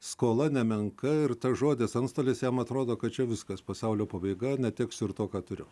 skola nemenka ir tas žodis antstolis jam atrodo kad čia viskas pasaulio pabaiga neteksiu ir to ką turiu